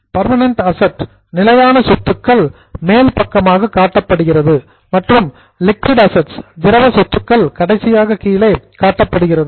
permanent assets நிலையான சொத்துக்கள் மேல் பக்கமாக காட்டப்படுகிறது மற்றும் லிக்விட் அசட்ஸ் திரவ சொத்துக்கள் கடைசியாக கீழே காட்டப்படுகிறது